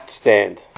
stand